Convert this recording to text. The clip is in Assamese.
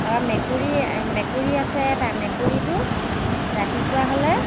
তাৰপৰা মেকুৰী মেকুৰী আছে এটা মেকুৰীটো ৰাতিপুৱা হ'লে